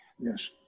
Yes